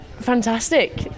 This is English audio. Fantastic